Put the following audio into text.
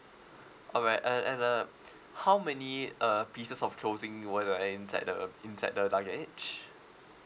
alright uh and uh how many uh pieces of clothing were there inside the inside the luggage